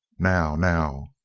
now! now!